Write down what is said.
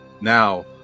Now